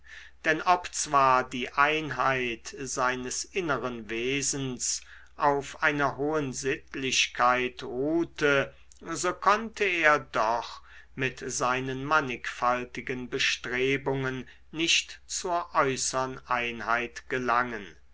denn ob zwar die einheit seines inneren wesens auf einer hohen sittlichkeit ruhte so konnte er doch mit seinen mannigfaltigen bestrebungen nicht zur äußern einheit gelangen